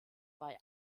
bei